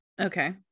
Okay